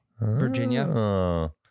Virginia